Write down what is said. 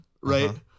Right